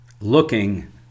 looking